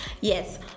yes